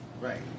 Right